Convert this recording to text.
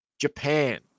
Japan